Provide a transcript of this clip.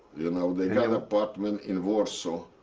you know they had apartment in warsaw,